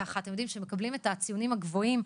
שמקבלים את הציונים הגבוהים,